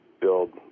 build